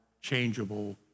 changeable